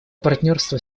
партнерство